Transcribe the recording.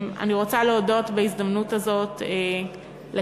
אני רוצה להודות בהזדמנות הזאת לקליניקה